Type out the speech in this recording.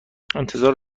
انتظار